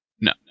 No